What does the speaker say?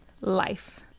life